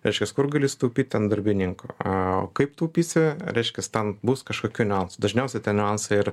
reiškias kur gali sutaupyt ant darbininkųa o kaip taupysi reiškias ten bus kažkokių niuansų dažniausiai tie niuansai ir